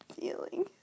feeling